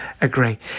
agree